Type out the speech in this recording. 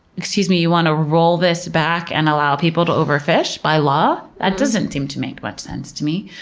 excuse me, you want to roll this back and allow people to overfish by law? that doesn't seem to make much sense to me.